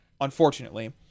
unfortunately